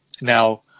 Now